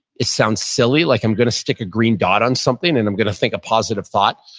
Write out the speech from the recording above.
it sounds silly like i'm going to stick a green dot on something and i'm going to think a positive thought.